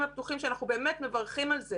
הפתוחים שאנחנו באמת מברכים על זה